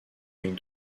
ligne